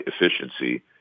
efficiency